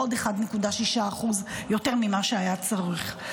בעוד 1.6% יותר ממה שהיה הצורך.